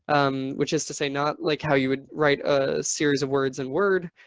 which is to say, not like how you would write a series of words in word.